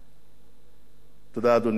תודה, אדוני היושב-ראש.